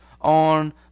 on